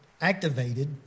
activated